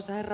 kiitos